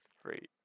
free